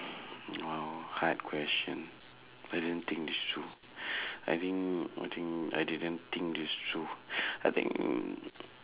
!wow! hard question I didn't think this through I think what thing I didn't think this through I think